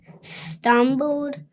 stumbled